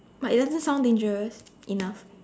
but it doesn't sound dangerous enough